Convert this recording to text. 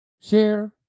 Share